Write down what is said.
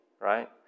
right